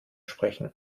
sprechen